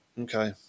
okay